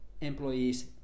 employees